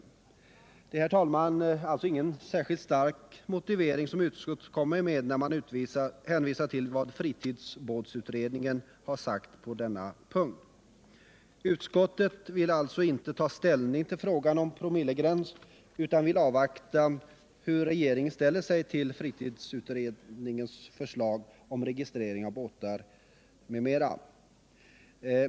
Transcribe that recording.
Det är, herr talman, alltså ingen särskilt stark motivering som utskottet kommer med när man hänvisar till vad fritidsbåtsutredningen har sagt på denna punkt. Utskottet tar inte ställning till frågan om promillegräns, utan vill avvakta hur regeringen ställer sig till fritidsutredningens förslag om registrering av båtar m.m.